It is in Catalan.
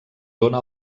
dóna